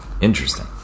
Interesting